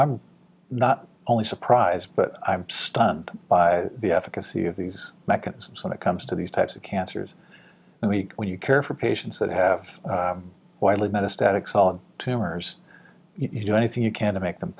i'm not only surprised but i'm stunned by the efficacy of these mechanisms when it comes to these types of cancers and weak when you care for patients that have widely met a static solid tumors you know anything you can to make them